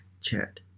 Chat